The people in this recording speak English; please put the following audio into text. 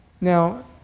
Now